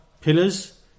pillars